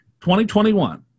2021